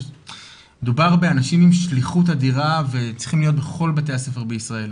מדובר באנשים עם שליחות אדירה וצריכים להיות בכל בתי הספר בישראל,